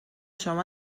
شما